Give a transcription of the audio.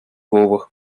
over